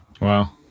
Wow